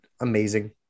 amazing